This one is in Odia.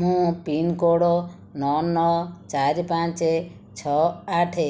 ମୁଁ ପିନକୋଡ଼୍ ନଅ ନଅ ଚାରି ପାଞ୍ଚ ଛଅ ଆଠ